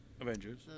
Avengers